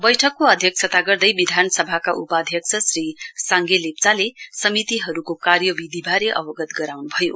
बैठकको अध्यक्षता गर्दै विधानसभाका उपाध्यक्ष श्री साङ्गे लेप्चाले समितिहरुको कार्यविधिबारे अवगत गराउनुभयो